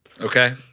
Okay